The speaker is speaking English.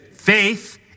Faith